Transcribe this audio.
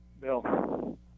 Bill